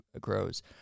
grows